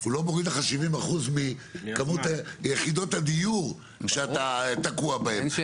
הוא לא מוריד לך 70% מכמות יחידות הדיור שאתה תקוע בהם.